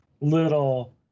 little